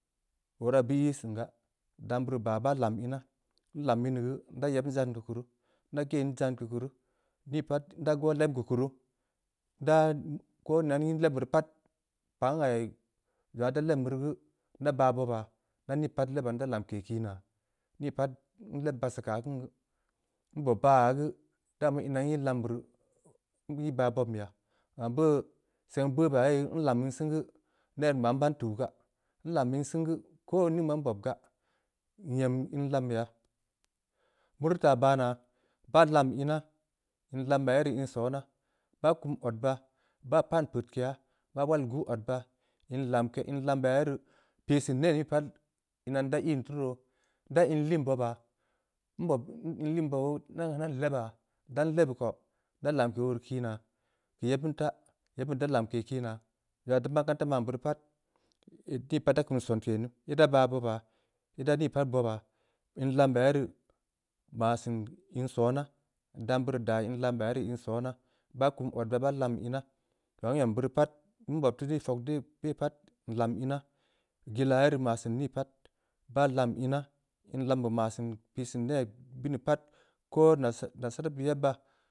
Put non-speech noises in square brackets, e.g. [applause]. Obeuraa beu ii singa, dam beurii baa, baa lam inaa lam inaa, nda yebn beud zann keu kuru, nii pat nda goh leb keu kuruu, ndaa, ko ina nyi leb be rii pat, pah nya ya zong aag ndaa leb beuri geu, nda baah bobaa, nda ni pat lebaa, nda lamke kiinaa, nii pat nleb bassii keu aah kin geu, nbob baah ya geu, dama ina n-ii lambe rii geu, n-ii baah bobn beya, gam beuno, seng beuno beya ye, nlam in sen geu, nem man ban tuu gaa, nlam in sen geu, koo in maa nbob gaa, nyem in lambeya. meuri taa baa naa, baa lamm inaa. in lam beya ye rii in sona, baa kum odba. baa pan peudkeya, baa waln guu odba, [unintelligible] in lam be ya ye rii, pii seun neh nii pat, ina nda yin tuu ruu roo. nda inliin bobaa, nbob. [unintelligible] nda ran keun lebaa, dan lebeu geu, nda lanmke oo rii kii naa, keu yebbeun taa, yeb beud ida lamke kiinaa. zong aah ii teu makanta man beu ri pat, in de pat da kum sonke ne, ida baah bobaa. ida nii pat bobaa, in lambe ya ye rii, maseun in sonaa, dam beu rii daa in lam beya ye rii in sona, baa kum odba, baa lam ina. zong aah nyem beuri pat, nbob teu nii fog de pat, nlam ina, gila ye rii, maa seun nii pat, baa lam ina, in lam beh maa seun pii neh bini pat, ko nasasra-nsara beud yebba,